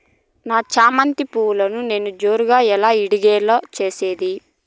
నా చామంతి పువ్వును నేను జోరుగా ఎలా ఇడిగే లో చేసేది?